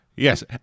Yes